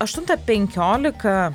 aštuntą penkiolika